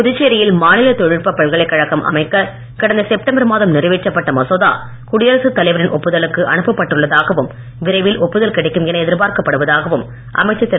புதுச்சேரியில் மாநில தொழில்நுட்பக் பல்கலைக் கழகம் அமைக்க கடந்த செப்டம்பர் மாதம் நிறைவேற்றப்பட்ட மசோதா குடியரசுத் தலைவரின் ஒப்புதலுக்கு அனுப்ப பட்டுள்ளதாகவும் விரைவில் என எதிர்பார்க்கப்படுவதாகவும் அமைச்சர் திரு